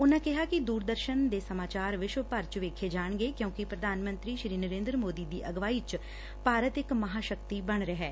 ਉਨੂਾ ਕਿਹਾ ਕਿ ਦੂਰਦਰਸ਼ਨ ਦੇ ਸਮਾਚਾਰ ਵਿਸ਼ਵ ਭਰ ਚ ਵੇਖੇ ਜਾਣਗੇ ਕਿਉਕਿ ਪ੍ਰਧਾਨ ਮੰਤਰੀ ਨਰੇ ਂਦਰ ਮੋਂਦੀ ਦੀ ਅਗਵਾਈ ਚ ਭਾਰਤ ਇਕ ਮਹਾ ਸਕਤੀ ਬਣ ਰਿਹੈ